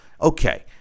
Okay